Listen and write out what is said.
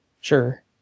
Sure